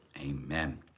amen